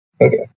Okay